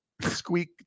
squeak